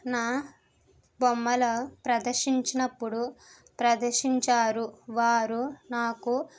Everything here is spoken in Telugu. నా బొమ్మల ప్రదర్శించినప్పుడు ప్రదర్శించారు వారు నాకు